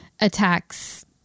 attacks